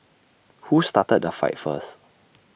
who started the fight first